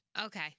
Okay